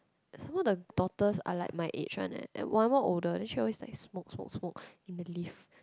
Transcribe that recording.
some more the daughters are like my age one leh and one more older then she always like smoke smoke smoke in the lift